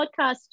podcast